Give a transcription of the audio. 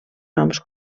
noms